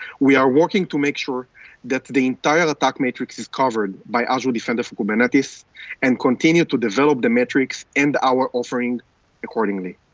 we are working to make sure that the entire attack matrix is covered by azure defender for kubernetes and continue to develop the metrics in our offering accordingly.